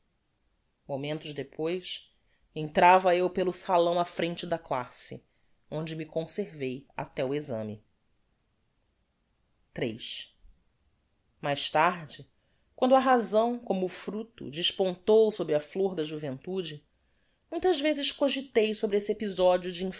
momentos depois entrava eu pelo salão á frente da classe onde me conservei até o exame iii mais tarde quando a razão como o fructo despontou sob a flor da juventude muitas vezes cogitei sobre esse episodio de